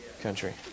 country